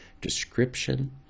description